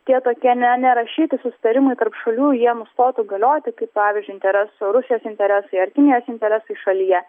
tie tokie ne nerašyti susitarimai tarp šalių jie nustotų galioti kaip pavyzdžiui interesų rusijos interesai ar kinijos interesai šalyje